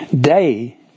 Day